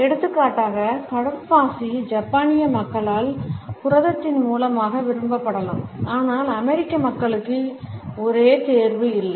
எடுத்துக்காட்டாக கடற்பாசி ஜப்பானிய மக்களால் புரதத்தின் மூலமாக விரும்பப்படலாம் ஆனால் அமெரிக்க மக்களுக்கு ஒரே தேர்வு இல்லை